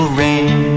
rain